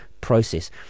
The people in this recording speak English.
process